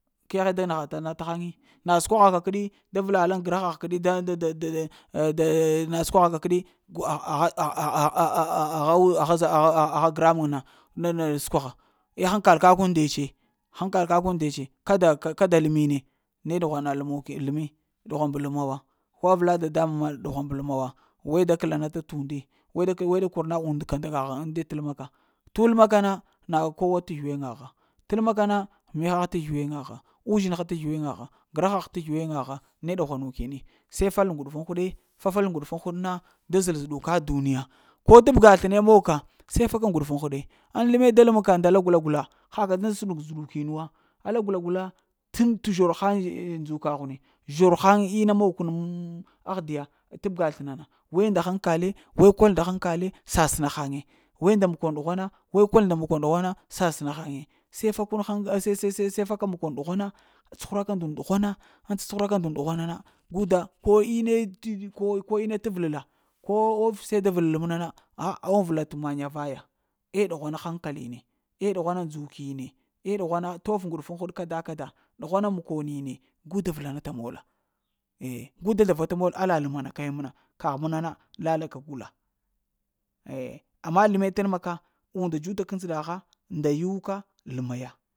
Keghe da nagha ta na ghaŋi, na səkwagha ka kəɗi, da vəla laŋ grahagh kəeɗi da-da dad-dah-ah-da səkwagha ka kəɗi kwa? Ha? Gra muŋ na skwagha, eh hankal ka kun nde tse, hankal kakun nde tse, kada k' kada ləmi ne, ne ɗughwa nuka lemi ɗughwan ba lema wa, ko avəla dadamuŋ na ɗughwan ba ləem wa, we da kəlana ta tundi, we da kor na unde nda ka ŋde t'ləem ka, tu ləema ka na na kowa ta zləwina ha t'ləema ka na mihah t'zlwiŋa ha, uzhin ha ta zlwiŋa ha, gra hah ta zlwiŋa ha, ne ɗughwa nu kini, se fa nauɗutun huɗi fatal ŋguɗufun huɗ na, da zəl zuɗuka duniya, ko tabga sləne mog ka, se faka ŋguɗuf uŋ huɗi, ŋ ləeme da ləem ka nda la gula-gula, ha ka da sən zuɗukin wa, alla gula-gula tuŋ t'zhur haŋ t'ndzukaghni zhur haŋ ina mog kəni mmm aghdiya tabga slənana, we nda hankali we kol nda hankali, sasəna haŋe, we nda makon ɗughwana we kol nda makon ɗughgwana, sasənə haŋe, se fakun hankal se-se se-se faka makon ɗughwana tsuhuraka nda und dughwana ŋ cacuhuraka nɗa und ɗughwana na, guda ko ine t'ko ine t'vəla ko ofise da vəlel məna na? Ha awuŋ vəla t'maŋ vaya eh ɗughwana hankaline eh ɗughwana ndzuki ne eh ɗughwana tof ŋguɗufun huɗ kada-kada, ɗughwana makoni ne, gu da vəla na ta mola, eh gu da zlava ta mol alla ləema na kaya məna, kah məna na, lala k'gula eh, amm ŋ leme t'ləema ka und dzuta ka ndzəɗa ha nda yuka ləema ya